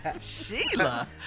Sheila